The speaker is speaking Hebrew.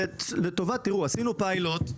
עשינו פיילוט,